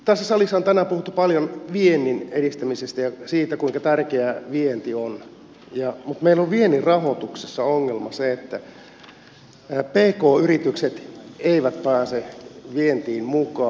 tässä salissa on tänään puhuttu paljon viennin edistämisestä ja siitä kuinka tärkeää vienti on mutta meillä on viennin rahoituksessa ongelma se että pk yritykset eivät pääse vientiin mukaan